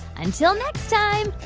until next time,